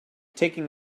taking